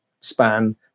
span